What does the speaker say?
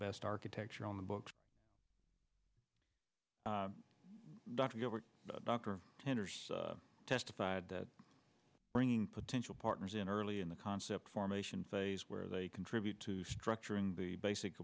best architecture on the books dr gilbert dr sanders testified that bringing potential partners in early in the concept formation phase where they contribute to structuring the basic